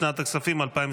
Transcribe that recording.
לשנת הכספים 2024,